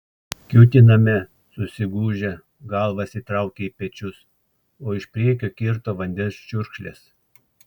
kiūtinome susigūžę galvas įtraukę į pečius o iš priekio kirto vandens čiurkšlės